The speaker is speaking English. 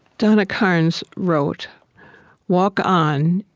donna carnes wrote walk on.